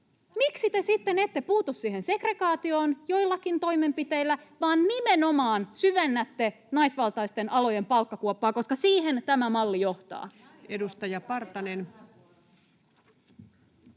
Miksi te sitten ette puutu siihen segregaatioon joillakin toimenpiteillä, vaan nimenomaan syvennätte naisvaltaisten alojen palkkakuoppaa, koska siihen tämä malli johtaa? Edustaja Partanen.